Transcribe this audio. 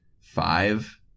five